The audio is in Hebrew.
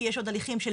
כי יש עוד הליכים של